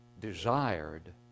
desired